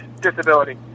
disability